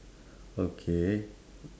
okay